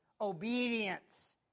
obedience